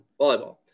volleyball